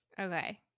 Okay